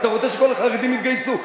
אתה רוצה שכל החרדים יתגייסו.